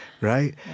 right